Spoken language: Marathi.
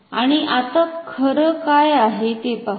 आणि आत खरं काय आहे ते पाहु